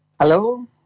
hello